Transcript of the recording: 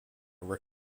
were